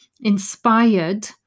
inspired